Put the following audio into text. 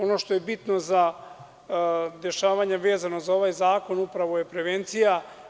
Ono što je bitno za dešavanja vezano za ovaj zakon upravo je prevencija.